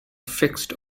fixed